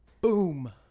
Boom